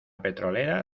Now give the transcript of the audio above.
petrolera